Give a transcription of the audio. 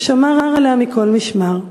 ששמר עליה מכל משמר,